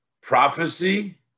prophecy